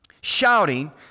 shouting